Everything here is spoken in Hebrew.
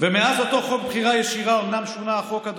ומאז אותו חוק בחירה ישירה אומנם שונה החוק,